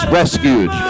rescued